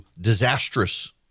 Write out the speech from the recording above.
disastrous